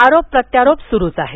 आरोप प्रत्यारोप सुरूच आहेत